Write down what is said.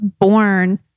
born